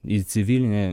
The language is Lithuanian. į civilinę